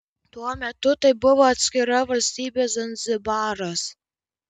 tuo metu tai buvo atskira valstybė zanzibaras